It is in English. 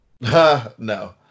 No